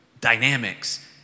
dynamics